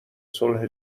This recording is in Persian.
صلح